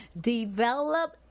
develop